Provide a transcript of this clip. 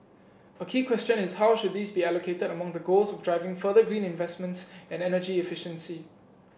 a key question is how should these be allocated among the goals of driving further green investments and energy efficiency